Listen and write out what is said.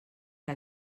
que